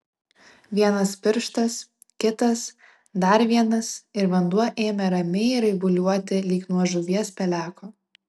vienas pirštas kitas dar vienas ir vanduo ėmė ramiai raibuliuoti lyg nuo žuvies peleko